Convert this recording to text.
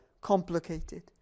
complicated